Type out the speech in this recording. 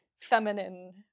feminine